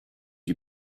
you